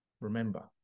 remember